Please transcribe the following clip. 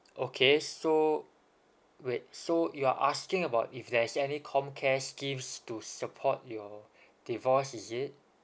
okay so wait so you're asking about if there's any comcare schemes to support your divorce is it